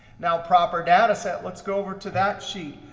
now, proper data set, let's go over to that sheet.